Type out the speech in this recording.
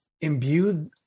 imbue